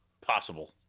possible